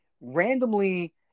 randomly